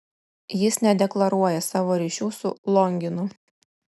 jis nedeklaruoja savo ryšių su longinu